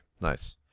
Nice